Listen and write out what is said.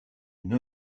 une